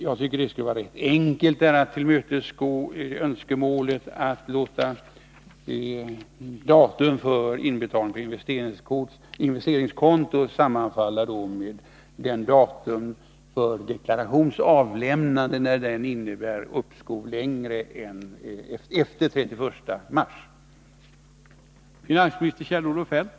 Jag tycker att det skulle vara rätt enkelt att tillmötesgå önskemålet att man skall låta datum för inbetalning på investeringskonto sammanfalla med datum för deklarationens avlämnande när uppskovet innebär att detta datum infaller efter den 31 mars.